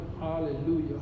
hallelujah